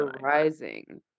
rising